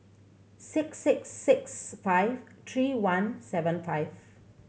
six six six five three one seven five